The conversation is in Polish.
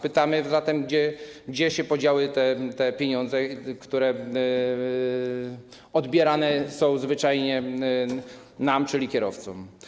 Pytamy zatem, gdzie się podziały te pieniądze, które odbierane są zwyczajnie nam, czyli kierowcom.